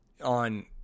on